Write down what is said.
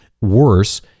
worse